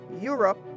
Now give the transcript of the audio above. Europe